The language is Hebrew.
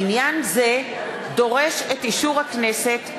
עניין זה דורש את אישור הכנסת,